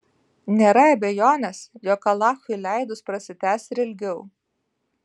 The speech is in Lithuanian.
nėra abejonės jog alachui leidus prasitęs ir ilgiau